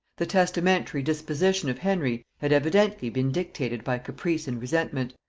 the testamentary disposition of henry had evidently been dictated by caprice and resentment,